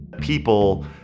People